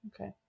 okay